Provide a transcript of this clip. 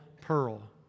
pearl